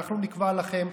אנחנו נקבע לכם,